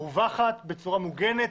מרווחת ובצורה מוגנת.